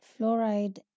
Fluoride